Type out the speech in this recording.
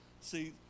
see